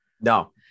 No